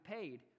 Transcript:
paid